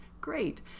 great